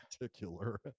particular